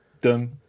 dum